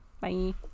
Bye